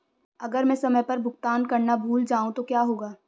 अगर मैं समय पर भुगतान करना भूल जाऊं तो क्या होगा?